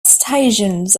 stations